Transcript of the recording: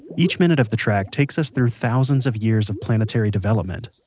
each minute of the track takes us through thousands of years of planetary development.